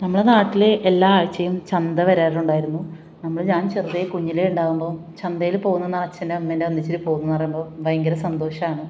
നമ്മളെ നാട്ടിൽ എല്ലാ ആഴ്ചയും ചന്ത വരാറുണ്ടായിരുന്നു നമ്മൾ ഞാൻ ചെറുതിൽ കുഞ്ഞിലെ ഉണ്ടാവുമ്പോൾ ചന്തയിൽ പോകുന്നെന്ന് അച്ഛൻ്റെയും അമ്മേൻ്റെയും ഒന്നിച്ച് പോകുന്നെന്ന് പറയുമ്പോൾ ഭയങ്കര സന്തോഷമാണ്